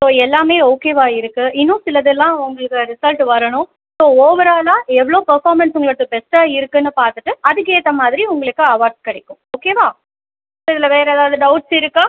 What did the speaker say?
so எல்லாமே ஓகேவா இருக்குது இன்னும் சிலதெல்லாம் உங்களுக்கு ரிசல்ட்டு வரணும் ஸோ ஓவராலாக எவ்வளோ பர்ஃபாமன்ஸ் உங்களோடயது பெஸ்ட்டாக இருக்குதுன்னு பார்த்துட்டு அதுக்கேற்ற மாதிரி உங்களுக்கு அவார்ட் கிடைக்கும் ஓகேவா ஸோ இதில் வேறு ஏதாவது டவுட்ஸ் இருக்கா